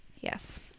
Yes